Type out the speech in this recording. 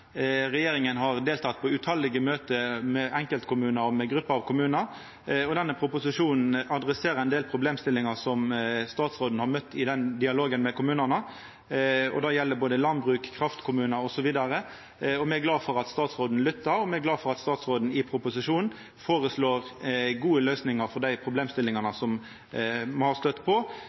Regjeringa har delteke på tallause møte med enkeltkommunar og med grupper av kommunar, og denne proposisjonen adresserer ein del problemstillingar som statsråden har møtt i den dialogen med kommunane. Det gjeld både landbruk, kraftkommunar osv. Me er glade for at statsråden lyttar, og me er glade for at statsråden i proposisjonen føreslår gode løysingar for dei problemstillingane me har støytt på.